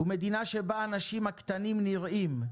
מדינה שבה האנשים הקטנים נראים,